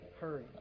hurry